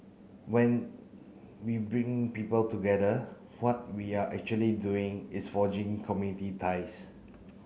when we bring people together what we are actually doing is forging community ties